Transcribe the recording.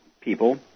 people